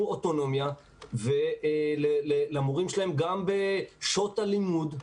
אוטונומיה למורים שלהם גם בשעות הלימוד,